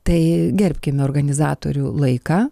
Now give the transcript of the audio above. tai gerbkime organizatorių laiką